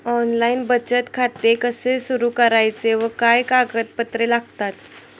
Online बचत खाते कसे सुरू करायचे व काय कागदपत्रे लागतात?